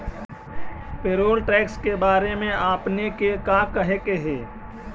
Payroll tax के बारे में आपने के का कहे के हेअ?